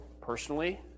personally